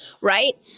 right